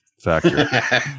factor